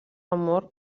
amor